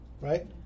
right